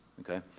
Okay